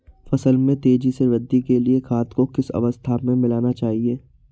फसल में तेज़ी से वृद्धि के लिए खाद को किस अवस्था में मिलाना चाहिए?